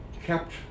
kept